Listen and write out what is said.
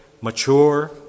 mature